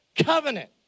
covenant